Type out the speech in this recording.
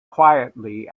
quietly